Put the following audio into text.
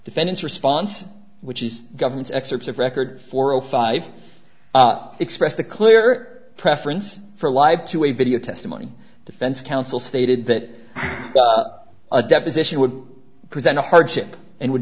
defense response which is government's excerpts of record four zero five express the clear preference for live to a video testimony defense counsel stated that a deposition would present a hardship and would